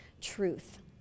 truth